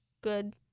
good